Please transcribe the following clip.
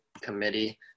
committee